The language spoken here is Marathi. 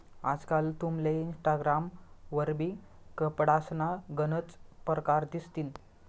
आजकाल तुमले इनस्टाग्राम वरबी कपडासना गनच परकार दिसतीन